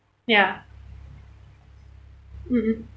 ya mmhmm